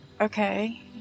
okay